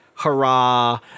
hurrah